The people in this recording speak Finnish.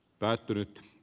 päättynyt